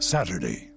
Saturday